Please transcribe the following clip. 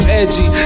edgy